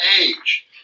age